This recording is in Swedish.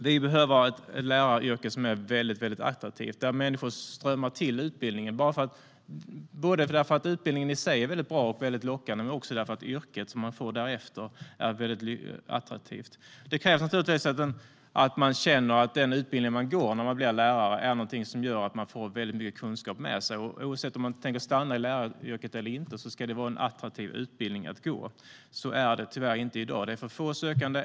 Vi behöver ha ett läraryrke som är attraktivt och där människor strömmar till utbildningen både därför att den i sig är bra och lockande och därför att det yrke som man får därefter är attraktivt. Det krävs att man känner att den utbildning man går för att bli lärare är någonting som gör att man får mycket kunskap med sig. Oavsett om man tänker stanna i läraryrket eller inte ska det vara en attraktiv utbildning att gå. Så är det tyvärr inte i dag. Det är för få sökande.